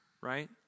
right